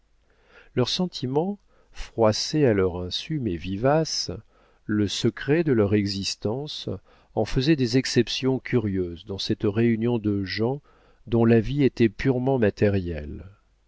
leurs sentiments froissés à leur insu mais vivaces le secret de leur existence en faisaient des exceptions curieuses dans cette réunion de gens dont la vie était purement matérielle